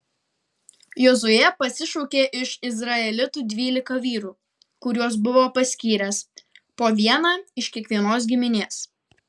jozuė pasišaukė iš izraelitų dvylika vyrų kuriuos buvo paskyręs po vieną iš kiekvienos giminės